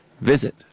visit